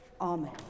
Amen